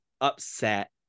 upset